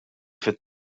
fit